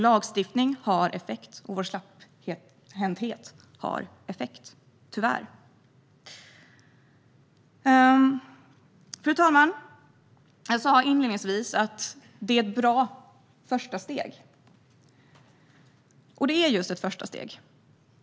Lagstiftning har effekt, liksom - tyvärr - vår släpphänthet. Fru talman! Jag sa inledningsvis att detta är ett bra första steg, och det är just ett första steg.